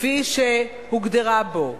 כפי שהוגדרה בו,